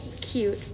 cute